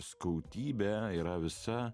skautybė yra visa